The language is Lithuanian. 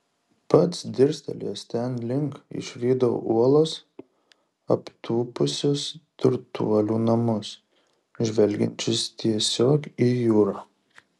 pats dirstelėjęs ten link išvydau uolas aptūpusius turtuolių namus žvelgiančius tiesiog į jūrą